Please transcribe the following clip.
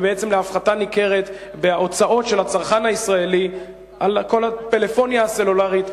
ובעצם להפחתה ניכרת בהוצאות של הצרכן הישראלי על כל הפלאפוניה הסלולרית,